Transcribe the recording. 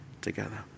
together